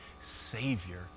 Savior